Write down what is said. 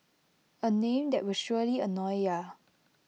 A name that will surely annoy ya